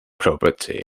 property